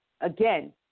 Again